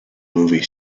movie